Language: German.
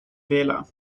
wähler